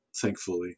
thankfully